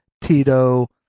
Tito